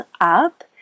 up